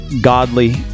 godly